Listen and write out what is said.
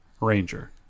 Ranger